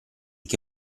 che